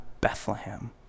Bethlehem